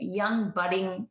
young-budding